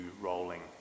rolling